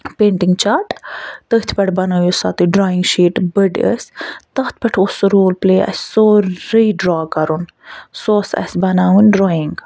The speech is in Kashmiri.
پینٹِنٛگ چارٹ تٔتھۍ پٮ۪ٹھ بنٲیِو سا تُہۍ ڈرٛایِنٛگ شیٖٹ بٔڑۍ ٲسۍ تَتھ پٮ۪ٹھ اوس سُہ رول پٕلے اسہِ سورُے ڈرٛا کَرُن سُہ اوس اسہِ بناوُن ڈرٛایِنٛگ